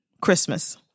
Christmas